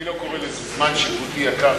אני לא קורא לזה זמן שיפוטי יקר,